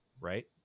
right